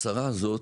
השרה הזו,